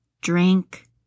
drink